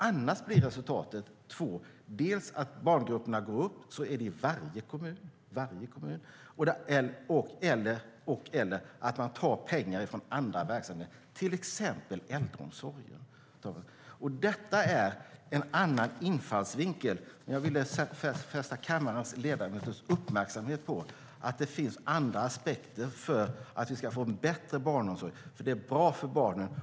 Annars blir resultatet att barngrupperna blir större - så är det i varje kommun - eller att man tar pengar från andra verksamheter, till exempel äldreomsorgen. Detta är en annan infallsvinkel, men jag ville fästa kammarens ledamöters uppmärksamhet på att det finns andra aspekter när det gäller att vi ska få en bättre barnomsorg. Det är bra för barnen.